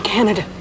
Canada